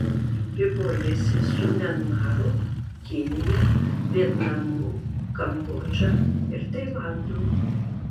ribojasi su mianmaru kinija vietnamu kambodža ir tailandu